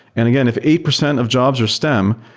and again, if eight percent of jobs are stem,